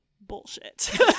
bullshit